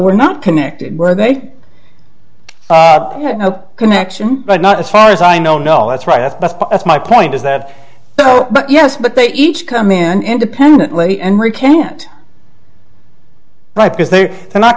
were not connected were they had no connection but not as far as i know no that's right yes but that's my point is that so but yes but they each come in independently and recant right because they are not